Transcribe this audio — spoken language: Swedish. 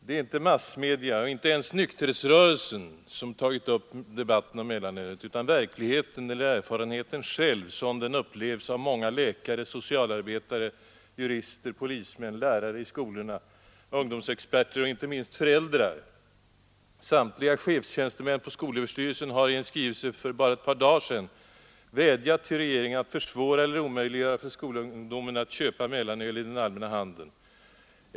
Det är inte massmedia och inte ens nykterhetsrörelsen som tagit upp debatten om mellanölet utan verkligheten eller erfarenheten själv, som den nu upplevs av många läkare, socialarbetare, jurister, polismän, lärare i skolorna, ungdomsexperter och inte minst föräldrar. Samtliga chefstjänstemän på skolöverstyrelsen har i en skrivelse för bara ett par dagar sedan vädjat till regeringen att försvåra eller omöjliggöra för skolungdom att köpa mellanöl i allmänna handeln.